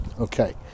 Okay